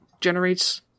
generates